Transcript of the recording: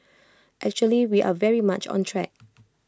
actually we are very much on track